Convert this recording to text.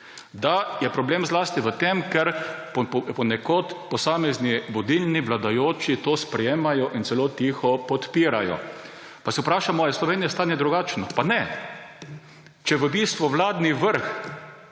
in problem je zlasti v tem, ker ponekod posamezni vodilni, vladajoči to sprejemajo in celo tiho podpirajo. Pa se vprašamo, ali je v Sloveniji stanje drugačno. Ne! Če v bistvu vladni vrh